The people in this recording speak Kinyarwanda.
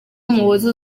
muhoza